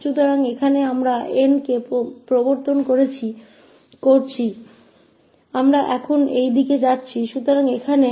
तो इस 𝑑𝑢 को इस −𝑢 से बदला जा सकता है